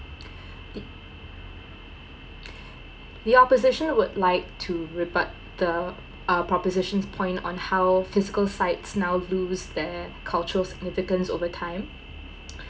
the opposition would like to rebut the uh proposition's point on how physical sites now lose their cultural significance over time